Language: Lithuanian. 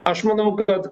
aš manau kad